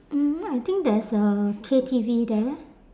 mm I think there's a K_T_V there